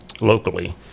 locally